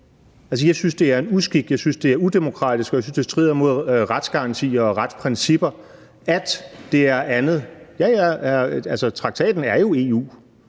Jeg synes, det er en uskik. Jeg synes, det er udemokratisk, og jeg synes, det strider imod retsgarantier og retsprincipper, at det er andet. Traktaten er jo EU.